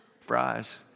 fries